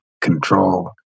control